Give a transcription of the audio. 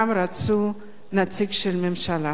אלא גם נציג של הממשלה,